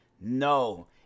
No